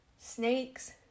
snakes